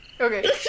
Okay